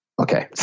Okay